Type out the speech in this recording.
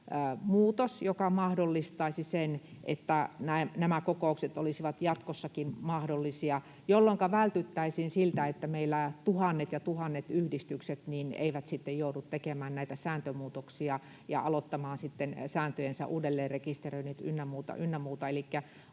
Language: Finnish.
muutos, joka mahdollistaisi sen, että nämä kokoukset olisivat jatkossakin mahdollisia, jolloinka vältyttäisiin siltä, että meillä tuhannet ja tuhannet yhdistykset joutuvat tekemään näitä sääntömuutoksia ja aloittamaan sääntöjensä uudelleen rekisteröintejä ynnä muuta,